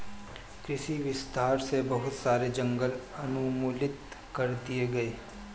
कृषि विस्तार से बहुत सारे जंगल उन्मूलित कर दिए गए